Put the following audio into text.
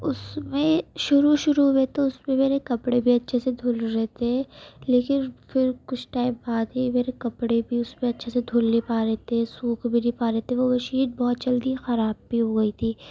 اس میں شروع شروع میں تو اس میں میرے کپڑے بھی اچھے سے دھل رہے تھے لیکن پھر کچھ ٹائم بعد ہی میرے کپڑے بھی اس میں اچھے سے دھل نہیں پا رہے تھے سوکھ بھی نہیں پا رہے تھے وہ مشین بہت جلدی خراب بھی ہو گئی تھی